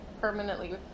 permanently